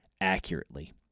accurately